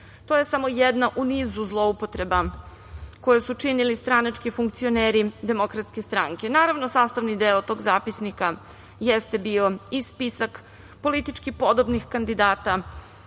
To je samo jedna u nizu zloupotreba koje su činili stranački funkcioneri DS. Naravno, sastavni deo tog zapisnika jeste bio i spisak politički podobnih kandidata